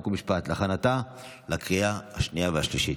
חוק ומשפט להכנתה לקריאה שנייה ושלישית.